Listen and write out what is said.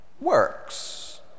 works